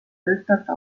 töötajate